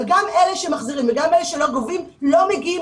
אבל גם אלה שמחזירים וגם אלה שלא גובים לא מגיעים